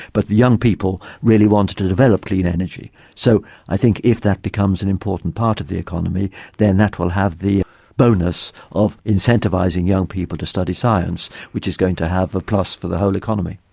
but the young people really wanted to develop clean energy. so i think if that becomes an important part of the economy then that will have the bonus of incentivising young people to study science, which is going to have a plus for the whole economy.